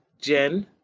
Jen